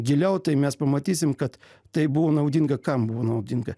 giliau tai mes pamatysim kad tai buvo naudinga kam buvo naudinga